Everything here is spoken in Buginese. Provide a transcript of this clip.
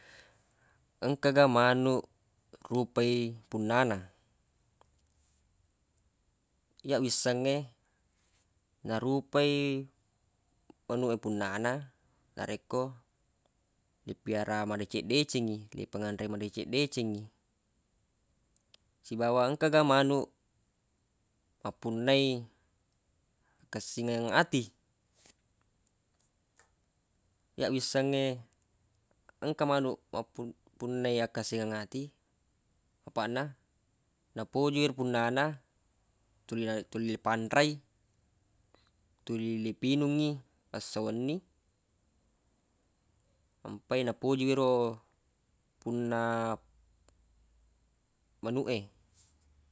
Engka ga manuq rupai punna na iyyaq wissengnge narupai manuq e punna na narekko dipiara madece-decengngi ipanganrei madece-decengngi sibawa engka ga manuq mappunnai akessingeng ati iyyaq wissengnge engka manuq mappu- punnai akessingeng ati apaq na napoji ero punna na tuli- tuli napanrei tuli lipinungngi esso wenni ampai napoji ero punna manuq e